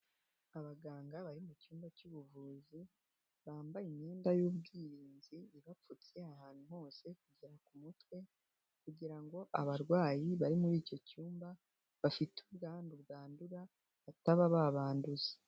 Abaganga bari mu cyumba cy'ubuvuzi bambaye imyenda y'ubwirinzi ibapfutse ahantu hose kugera ku mutwe kugira ngo abarwayi bari muri icyo cyumba bafite ubwandu bwandura bataba babanduza.